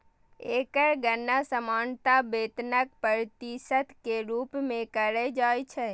एकर गणना सामान्यतः वेतनक प्रतिशत के रूप मे कैल जाइ छै